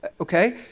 Okay